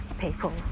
people